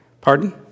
Pardon